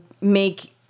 make